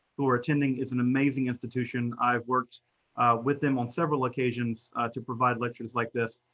who are attending, it's an amazing institution. i've worked with them on several occasions to provide lectures like this.